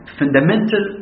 fundamental